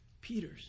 Peter's